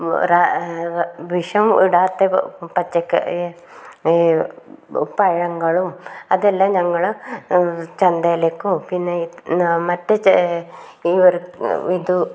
വിഷം ഇടാത്ത പച്ചക്കറി പഴങ്ങളും അതെല്ലാം ഞങ്ങൾ ചന്തയിലേക്കും പിന്നെ മറ്റേ ഈ ഇതും